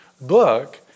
book